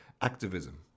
Activism